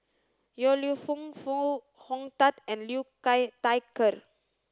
Yong Lew Foong Foo Hong Tatt and Liu Thai Ker